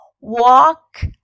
Walk